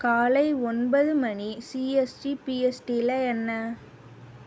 காலை ஒன்பது மணி சிஎஸ்டி பிஎஸ்டியில் என்ன